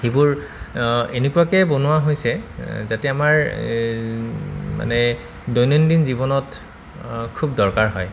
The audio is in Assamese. সেইবোৰ এনেকুৱাকে বনোৱা হৈছে যাতে আমাৰ মানে দৈনন্দিন জীৱনত খুব দৰকাৰ হয়